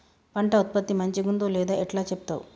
పంట ఉత్పత్తి మంచిగుందో లేదో ఎట్లా చెప్తవ్?